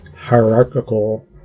hierarchical